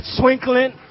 twinkling